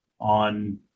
on